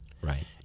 Right